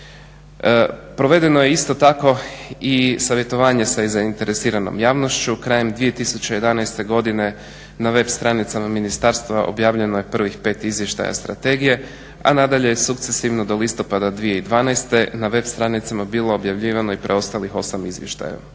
Provedeno je isto tako i savjetovanje sa zainteresiranom javnošću krajem 2011.godine na web stranicama ministarstva objavljeno je prvih pet izvještaja strategije a nadalje je sukcesivno do listopada 2012. na web stranicama bilo objavljivano i preostalih osam izvještaja.